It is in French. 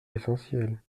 l’essentiel